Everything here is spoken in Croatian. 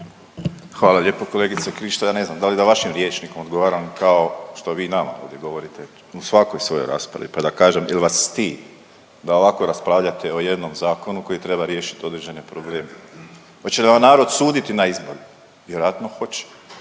Hvala lijepo kolegice Krišto. Ja ne znam da li da vašim rječnikom odgovaram kao što vi nama ovdje govorite u svakoj svojoj raspravi, pa da vam kažem jel' vas stid da ovako raspravljate o jednom zakonu koji treba riješiti određene probleme. Hoće li nam narod suditi na izborima? Vjerojatno hoće.